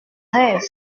rêve